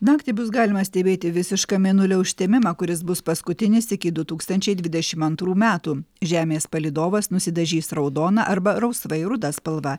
naktį bus galima stebėti visišką mėnulio užtemimą kuris bus paskutinis iki du tūkstančiai dvidešim antrų metų žemės palydovas nusidažys raudona arba rausvai ruda spalva